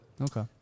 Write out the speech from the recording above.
Okay